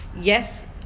Yes